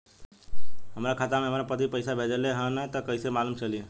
हमरा खाता में हमर पति पइसा भेजल न ह त कइसे मालूम चलि?